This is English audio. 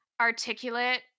articulate